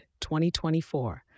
2024